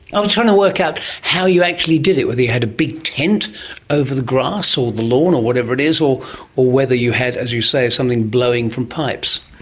um trying to work out how you actually did it. whether you had a big tent over the grass or the lawn or whatever it is or whether you had, as you say, something blowing from pipes.